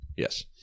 Yes